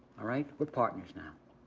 all right? we're partners now,